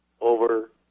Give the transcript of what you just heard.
over